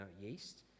yeast